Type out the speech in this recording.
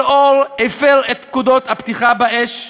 אלאור הפר את פקודות הפתיחה באש,